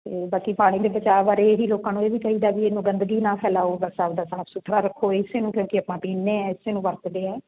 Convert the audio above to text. ਅਤੇ ਬਾਕੀ ਪਾਣੀ ਦੇ ਬਚਾਅ ਬਾਰੇ ਇਹ ਹੀ ਲੋਕਾਂ ਨੂੰ ਇਹ ਵੀ ਕਹੀਦਾ ਵੀ ਇਹਨੂੰ ਗੰਦਗੀ ਨਾ ਫੈਲਾਓ ਬਸ ਆਪਣਾ ਸਾਫ਼ ਸੁਥਰਾ ਰੱਖੋ ਇਸ ਨੂੰ ਕਿਉਂਕਿ ਆਪਾਂ ਪੀਂਦੇ ਹਾਂ ਇਸ ਨੂੰ ਵਰਤਦੇ ਹਾਂ